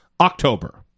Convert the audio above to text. October